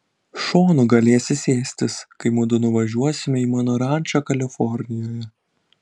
šonu galėsi sėstis kai mudu nuvažiuosime į mano rančą kalifornijoje